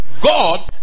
God